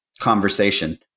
conversation